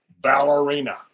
ballerina